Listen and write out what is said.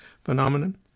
phenomenon